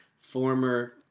former